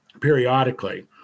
periodically